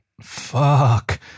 Fuck